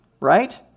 Right